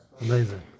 Amazing